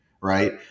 right